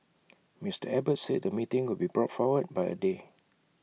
Mister Abbott said the meeting would be brought forward by A day